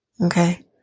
okay